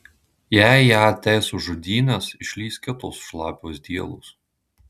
jei ją teis už žudynes išlįs kitos šlapios dielos